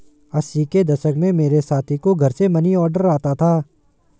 अस्सी के दशक में मेरे साथी को घर से मनीऑर्डर आता था